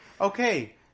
Okay